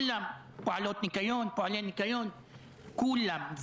פועלות ניקיון, פועלי ניקיון כולם.